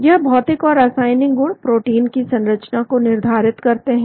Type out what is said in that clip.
यह भौतिक और रासायनिक गुण प्रोटीन की संरचना को निर्धारित करते हैं